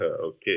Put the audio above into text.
Okay